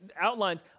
outlines